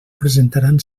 presentaran